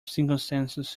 circumstances